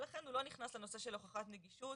ולכן הוא לא נכנס לנושא של הוכחת נגישות